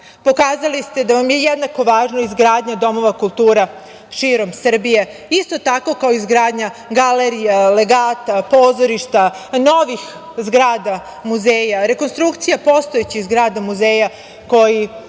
pokazali ste da vam je jednako važna izgradnja domova kultura širom Srbije, isto tako kao i izgradnja galerija, legata, pozorišta, novih zgrada muzeja, rekonstrukcija postojećih zgrada muzeja koji